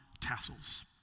tassels